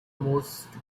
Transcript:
most